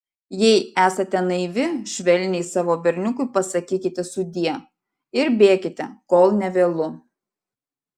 jei esate naivi švelniai savo berniukui pasakykite sudie ir bėkite kol nevėlu